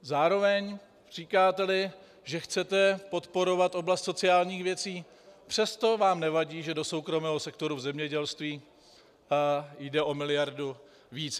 Zároveň říkáte, že chcete podporovat oblast sociálních věcí, přesto vám nevadí, že do soukromého sektoru v zemědělství jde o miliardu více.